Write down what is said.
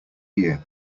year